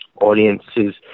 audiences